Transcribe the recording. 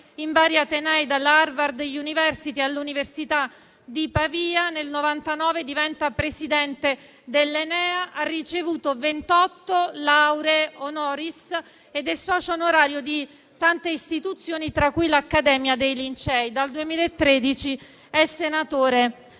in vari atenei, dalla Harvard University all'Università di Pavia. Nel 1999 diventa presidente dell'ENEA. Ha ricevuto 28 lauree *honoris causa* ed è socio onorario di tante istituzioni, tra cui l'Accademia dei lincei. Dal 2013 è senatore